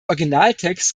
originaltext